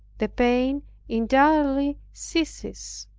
the pain entirely ceases.